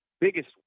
biggest